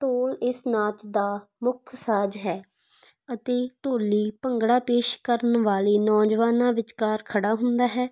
ਢੋਲ ਇਸ ਨਾਚ ਦਾ ਮੁੱਖ ਸਾਜ ਹੈ ਅਤੇ ਢੋਲੀ ਭੰਗੜਾ ਪੇਸ਼ ਕਰਨ ਵਾਲੇ ਨੌਜਵਾਨਾਂ ਵਿਚਕਾਰ ਖੜ੍ਹਾ ਹੁੰਦਾ ਹੈ